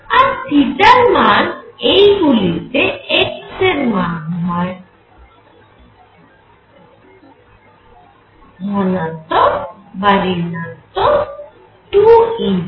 আর র এই মান গুলিতে x এর মান হয় ধনাত্মক বা ঋণাত্মক 2Em2